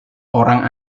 orang